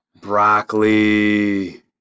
Broccoli